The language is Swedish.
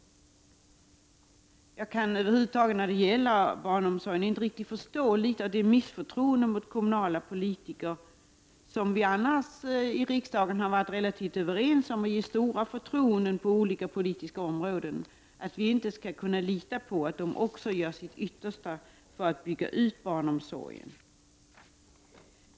Över huvud taget kan jag inte, när det gäller barnomsorgen, riktigt förstå det misstroende mot kommunala politiker som kommer till uttryck här. I övrigt har vi i riksdagen varit relativt överens om att ge de politikerna stort förtroende på olika politiska områden. Nog måste vi kunna lita på att de gör sitt yttersta för att bygga ut barnomsorgen.